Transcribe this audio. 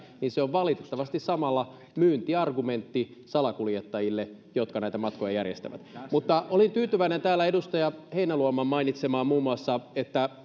niin se on valitettavasti samalla myyntiargumentti salakuljettajille jotka näitä matkoja järjestävät mutta olin tyytyväinen täällä muun muassa edustaja heinäluoman mainitsemaan että